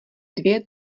dvě